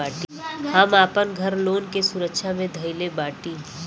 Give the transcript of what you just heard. हम आपन घर लोन के सुरक्षा मे धईले बाटी